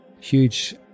Huge